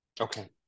Okay